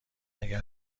اگر